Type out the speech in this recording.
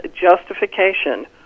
justification